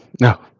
No